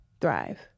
thrive